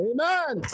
Amen